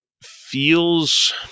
feels